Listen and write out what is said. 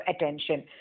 attention